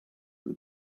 the